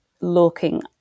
looking